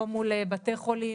לא מול בתי חולים,